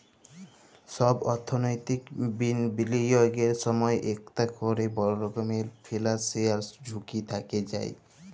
ছব অথ্থলৈতিক বিলিয়গের সময় ইকট ক্যরে বড় রকমের ফিল্যালসিয়াল ঝুঁকি থ্যাকে যায়